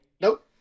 Nope